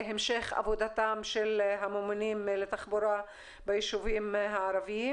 המשך עבודתם של הממונים לתחבורה ביישובים הערבים.